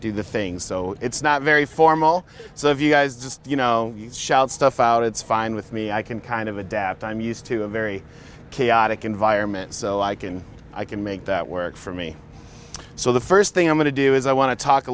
do the things so it's not very formal so if you guys just you know shout stuff out it's fine with me i can kind of adapt i'm used to a very chaotic environment so i can i can make that work for me so the first thing i'm going to do is i want to talk a